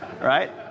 Right